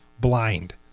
blind